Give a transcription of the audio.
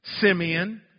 Simeon